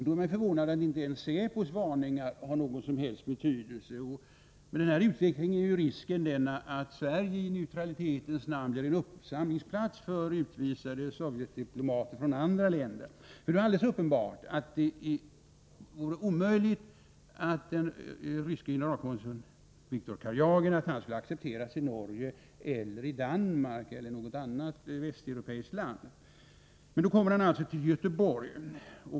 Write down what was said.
Då är man förvånad över att inte ens säpos varningar har någon som helst betydelse. Med denna utveckling är risken att Sverige blir en uppsamlingsplats för utvisade Sovjetdiplomater från andra länder. Det är ju alldeles uppenbart att det vore omöjligt att den ryske generalkonsuln Viktor Karjagin skulle ha accepterats i Norge eller Danmark, eller i något annat västeuropeiskt land. Men han kom alltså till Göteborg.